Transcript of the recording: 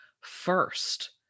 first